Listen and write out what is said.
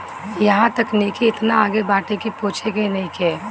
इहां तकनीकी एतना आगे बाटे की पूछे के नइखे